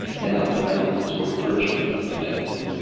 now the mountains were virtually unprotected.